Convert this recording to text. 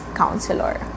counselor